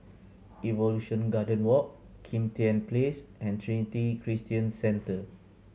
Evolution Garden Walk Kim Tian Place and Trinity Christian Centre